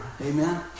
Amen